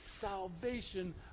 salvation